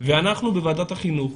ואנחנו בוועדת החינוך